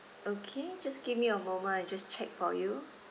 okay just give me a moment I just check for you